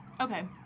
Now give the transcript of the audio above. Okay